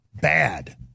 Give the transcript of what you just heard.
bad